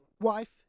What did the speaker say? wife